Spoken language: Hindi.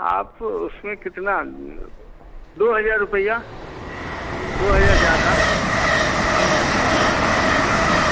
आप उसमें कितना दो हजार रुपये दो हजार ज्यादा दो हजार से ऊपर